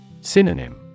Synonym